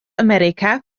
america